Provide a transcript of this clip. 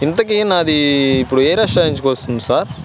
ఇంతకి నాది ఇప్పుడు ఏ రెస్టారెంట్ నుంచి వస్తుంది సార్